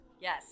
Yes